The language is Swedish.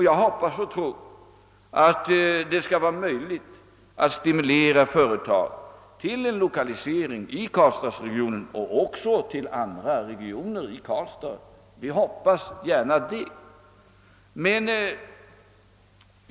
Jag hoppas och tror att det skall bli möjligt att stimulera företag till lokalisering i karlstadsregionen och också gärna till andra regioner i Värmland.